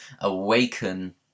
awaken